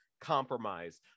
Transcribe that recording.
compromise